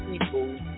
people